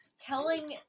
telling